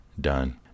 done